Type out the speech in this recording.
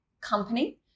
company